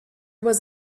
was